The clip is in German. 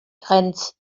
trends